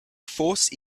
force